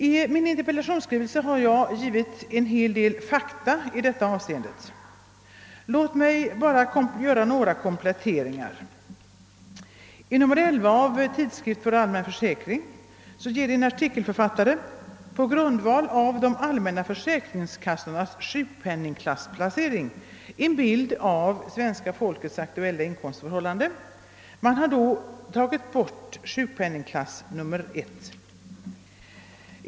I min interpellation har jag angivit en hel del fakta i detta avseende. Låt mig bara göra några kompletteringar. I nr 11 av Tidskrift för allmän försäkring ger en artikelförfattare på grundval av de allmänna försäkringskassornas sjukpenningklassplacering en bild av svenska folkets aktuella inkomstförhållanden. Man har då tagit bort sjukpenningklass nr 1.